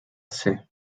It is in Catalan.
ser